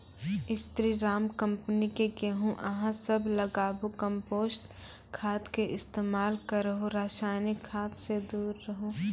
स्री Ram company के गेहूँ अहाँ सब लगाबु कम्पोस्ट खाद के इस्तेमाल करहो रासायनिक खाद से दूर रहूँ?